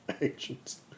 agents